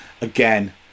again